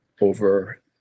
over